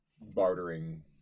bartering